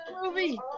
movie